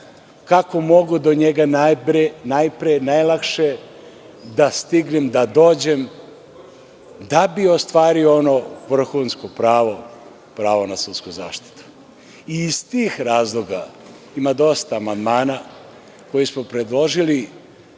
kako mogu do njega najpre, najlakše da stignem, da dođem, da bi ostvario ono vrhunsko pravo - pravo na sudsku zaštitu. Iz tih razloga ima dosta amandmana koje smo predložili,